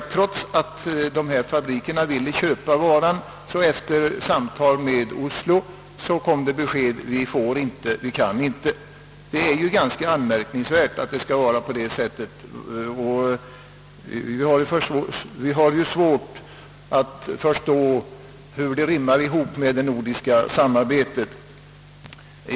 Trots att fabrikerna ville köpa varan kom det ett besked efter samtal med Oslo, att de inte fick eller inte kunde göra det. Det är anmärkningsvärt att det skall vara på det sättet, och vi har svårt att förstå hur detta rimmar med talet om nordiskt samarbete.